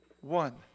one